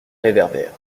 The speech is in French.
réverbères